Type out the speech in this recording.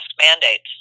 mandates